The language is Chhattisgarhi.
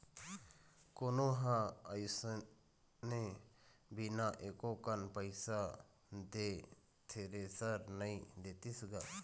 कोनो ह अइसने बिना एको कन पइसा दे थेरेसर नइ देतिस गा